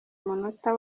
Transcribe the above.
umunota